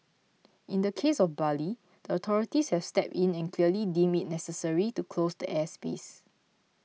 in the case of Bali the authorities have stepped in and clearly deemed it necessary to close the airspace